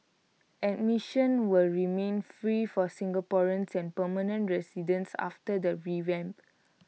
admission will remain free for Singaporeans and permanent residents after the revamp